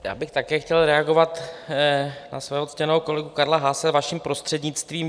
Já bych také chtěl reagovat na svého ctěného kolegu Karla Haase, vaším prostřednictvím.